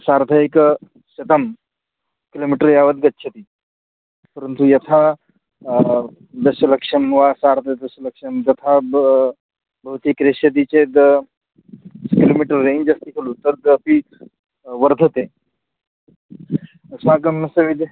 सार्धेकशतं kilometre यावत् गच्छति परन्तु यथा दशलक्षं वा सार्धदशलक्षं तथा ब भवति क्रेष्यति चेत् किलोमिटर् रेञ्ज् अस्ति खलु तद् अपि वर्धते अस्माकं सविधे